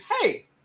Hey